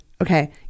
Okay